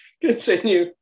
continue